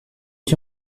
que